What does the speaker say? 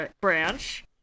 branch